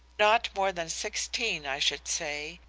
not more than sixteen i should say,